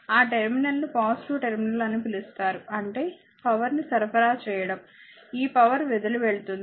ఆ టెర్మినల్ ను positive terminal అని పిలుస్తారు అంటే పవర్ ని సరఫరా చేయడం ఈ పవర్ వదిలివెళ్తుంది